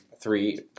three